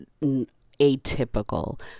atypical